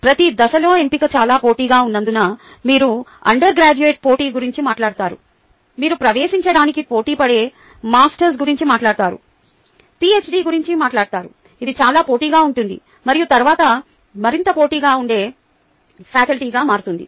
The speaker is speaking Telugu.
ప్రతి దశలో ఎంపిక చాలా పోటీగా ఉన్నందున మీరు అండర్గ్రాడ్యుయేట్ పోటీ గురించి మాట్లాడుతారు మీరు ప్రవేశించడానికి పోటీపడే మాస్టర్స్ గురించి మాట్లాడుతారు పీహెచ్డీ గురించి మాట్లాడతారు ఇది చాలా పోటీగా ఉంటుంది మరియు తరువాత మరింత పోటీగా ఉండే ఫ్యాకల్టీగా మారుతుంది